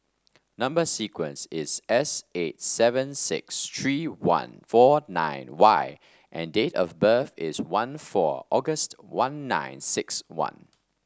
number sequence is S eight seven six three one four nine Y and date of birth is one four August one nine six one